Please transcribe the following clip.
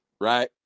Right